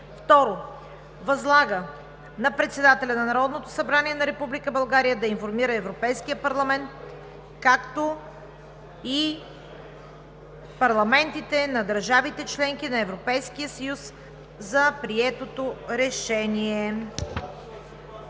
2. Възлага на председателя на Народното събрание на Република България да информира Европейския парламент, както и парламентите на държавите – членки на Европейския съюз, за приетото решение.“